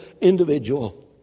individual